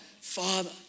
Father